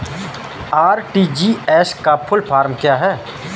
RTGS का full form क्या है?